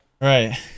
Right